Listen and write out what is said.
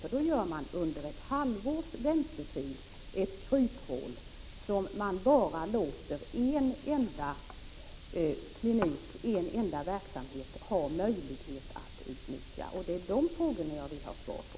I så fall skapar man under ett halvt års väntetid ett kryphål som bara en enda klinik, en enda verksamhet, har möjlighet att utnyttja. Det är dessa frågor jag vill ha svar på.